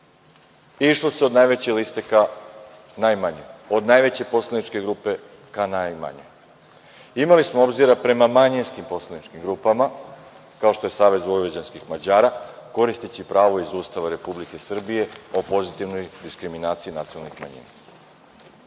Išlo se od najveće liste ka najmanjoj, od najveće poslaničke grupe ka najmanjoj. Imali smo obzira prema manjinskim poslaničkim grupama kao što je SVM, koristeći pravo iz Ustava Republike Srbije o pozitivnoj diskriminaciji nacionalnih manjina. Naravno